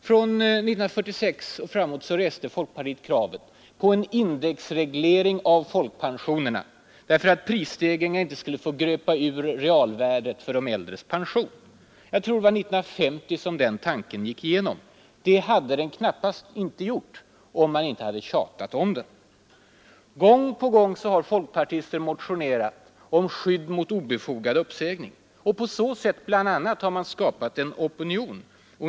Från 1946 och framåt reste folkpartiet kravet på en indexreglering av folkpensionerna. Prisstegringarna skulle inte få gröpa ur realvärdet av de äldres pension. Jag tror att det var 1950 som det förslaget gick igenom. Det hade det knappast gjort om man inte hade tjatat. Gång på gång har folkpartister motionerat om skydd mot obefogad uppsägning. Bl. a. på det sättet har man skapat en opinion.